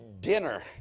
dinner